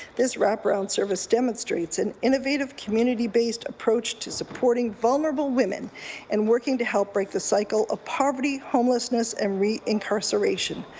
this wrap-around service demonstrates an innovative community-based approach to supporting vulnerable women in and working to help break the cycle of poverty, homelessness and reincarceration.